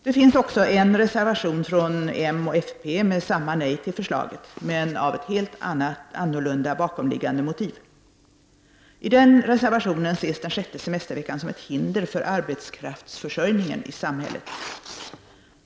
Det finns också en reservation från moderaterna och folkpartiet med samma nej till förslaget, men med ett helt annorlunda bakomliggande motiv. I den reservationen ses den sjätte semesterveckan som ett hinder för arbetskraftsförsörjningen i samhället.